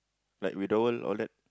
like withdrawal all that